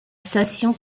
station